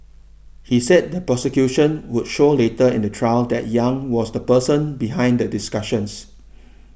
he said the prosecution would show later in the trial that Yang was the person behind the discussions